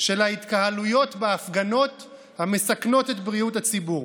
של ההתקהלויות בהפגנות המסכנות את בריאות הציבור,